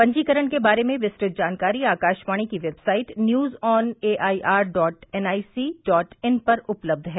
पंजीकरण के बारे में विस्तृत जानकारी आकाशवाणी की website news on AIR dot NIC dot in पर उपलब्ध है